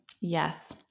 Yes